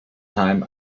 time